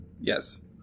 Yes